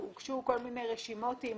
הוגשו כל מיני רשימות עם